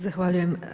Zahvaljujem.